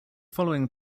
following